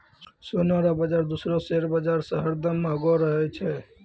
सोना रो बाजार दूसरो शेयर बाजार से हरदम महंगो रहै छै